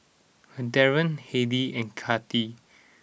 Darryn Heidy and Kathi